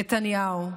נתניהו,